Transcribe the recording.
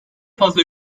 fazla